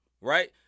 right